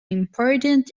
important